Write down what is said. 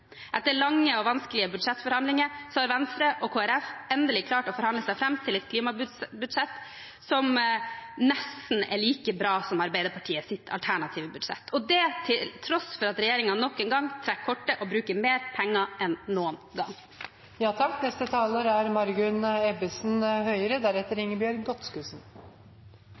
Etter lange og vanskelige budsjettforhandlinger har Venstre og Kristelig Folkeparti endelig klart å forhandle seg fram til et klimabudsjett som er nesten like bra som Arbeiderpartiets alternative budsjett. Det er altså til tross for at regjeringen nok en gang trekker kortet og bruker mer penger enn noen